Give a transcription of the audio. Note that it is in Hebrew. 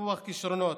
וטיפוח כישרונות.